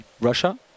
Russia